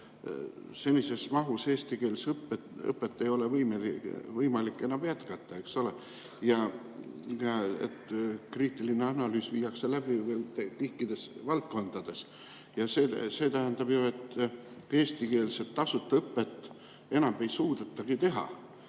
senises mahus eestikeelset õpet ei ole võimalik enam jätkata, eks ole, ja kriitiline analüüs viiakse läbi kõikides valdkondades. See tähendab ju, et eestikeelset tasuta õpet enam ei suudetagi teha.